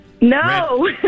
No